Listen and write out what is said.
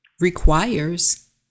requires